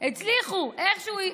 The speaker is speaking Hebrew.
הצליחו איכשהו.